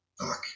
Fuck